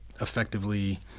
effectively